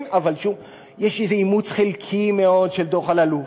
יש איזה אימוץ חלקי מאוד של דוח אלאלוף,